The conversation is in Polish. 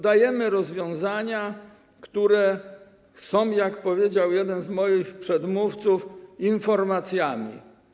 Dajemy rozwiązania, które są, jak powiedział jeden z moich przedmówców, informacjami.